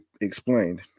explained